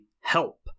help